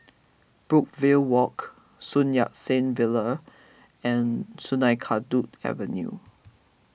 Brookvale Walk Sun Yat Sen Villa and Sungei Kadut Avenue